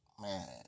Man